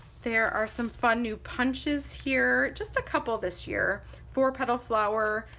there are some fun new punches here, just a couple this year, four-petal flower,